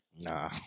Nah